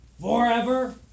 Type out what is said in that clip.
forever